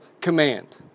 command